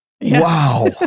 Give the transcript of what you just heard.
Wow